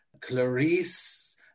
Clarice